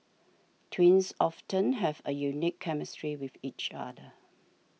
twins often have a unique chemistry with each other